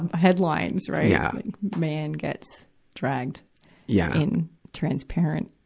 headlines, right. yeah and man gets dragged yeah in transparent